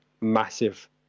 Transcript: massive